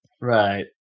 Right